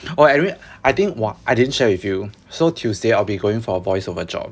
oh I read I think !wah! I didn't share with you so tuesday I'll be going for voice over job